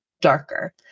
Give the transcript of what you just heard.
darker